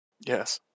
Yes